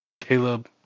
Caleb